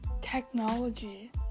technology